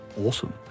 Awesome